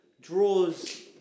draws